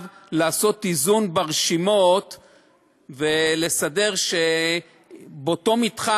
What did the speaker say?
לעשות איזון ברשימות ולסדר שבאותו מתחם,